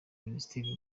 minisiteri